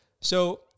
So-